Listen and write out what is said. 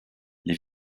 les